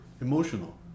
emotional